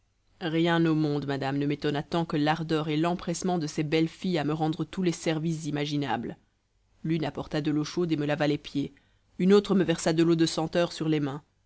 rien au monde madame ne m'étonna tant que l'ardeur et l'empressement de ces belles filles à me rendre tous les services imaginables l'une apporta de l'eau chaude et me lava les pieds une autre me versa de l'eau de senteur sur les mains